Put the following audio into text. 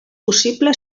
possible